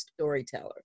storyteller